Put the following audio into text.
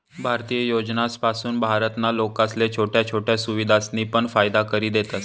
भारतीय योजनासपासून भारत ना लोकेसले छोट्या छोट्या सुविधासनी पण फायदा करि देतस